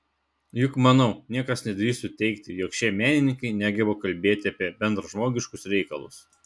juk manau niekas nedrįstų teigti jog šie menininkai negeba kalbėti apie bendražmogiškus reikalus